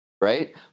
right